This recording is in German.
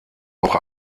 auch